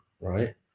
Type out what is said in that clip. right